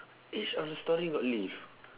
each of the storey got lift